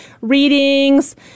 readings